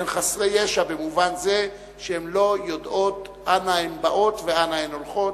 הן חסרות ישע במובן זה שהן לא יודעות אנה הן באות ואנה הן הולכות.